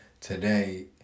today